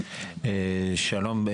שלום.